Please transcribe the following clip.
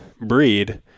breed